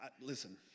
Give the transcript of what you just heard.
Listen